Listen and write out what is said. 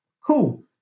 cool